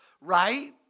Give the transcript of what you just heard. right